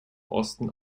osten